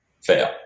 fail